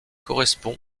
correspond